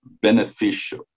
beneficial